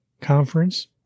conference